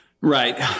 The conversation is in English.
Right